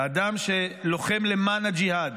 אדם שלוחם למען הג'יהאד,